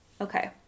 Okay